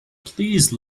please